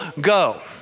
go